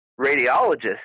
radiologist